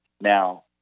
Now